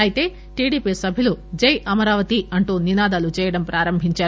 అయితే టిడిపి సభ్యులు జై అమరావతి అంటూ నినాదాలు చేయడం ప్రారంభించారు